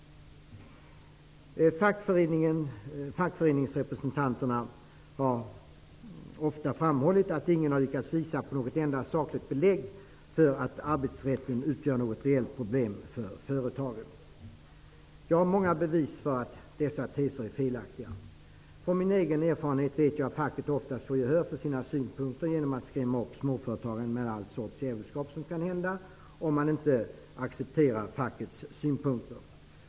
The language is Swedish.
Fackföreningsrepresentanterna har ofta framhållit att ingen har lyckats visa på något enda sakligt belägg för att arbetsrätten utgör något reellt problem för företagen. Jag har många bevis för att dessa teser är felaktiga. Av egen erfarenhet vet jag att facket oftast får gehör för sina synpunkter genom att skrämma upp småföretagaren med all sorts djävulskap som kan hända om han inte accepterar fackets synpunkter.